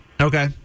Okay